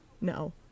No